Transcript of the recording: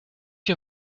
you